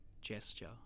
gesture